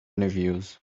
interviews